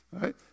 right